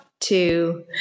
two